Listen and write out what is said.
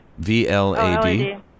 VLAD